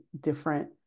different